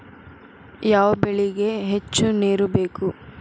ಯಾವ ಬೆಳಿಗೆ ಹೆಚ್ಚು ನೇರು ಬೇಕು?